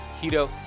Keto